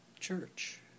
church